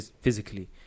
physically